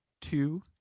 Two